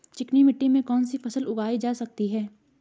चिकनी मिट्टी में कौन सी फसल उगाई जा सकती है?